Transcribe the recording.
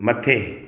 मथे